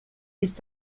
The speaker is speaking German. ist